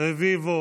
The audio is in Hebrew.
כץ, רביבו,